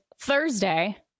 Thursday